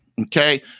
Okay